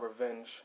Revenge